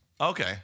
Okay